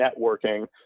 networking